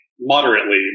moderately